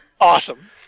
Awesome